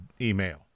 email